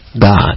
God